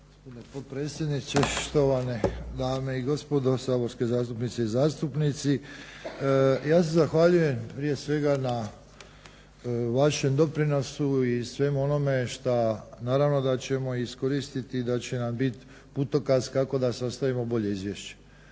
Gospodine potpredsjedniče, štovane dame i gospodo, saborske zastupnice i zastupnici. Ja se zahvaljujem prije svega na vašem doprinosu i svemu onome što naravno da ćemo iskoristiti i da će nam biti putokaz kako da sastavimo bolje izvješće.